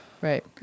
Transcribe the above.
Right